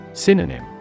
Synonym